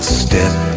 step